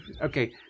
okay